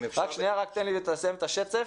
רק שנייה, תן לי לסיים את השצף.